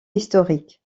historique